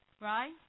right